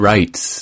Rights